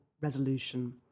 resolution